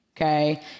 okay